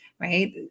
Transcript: right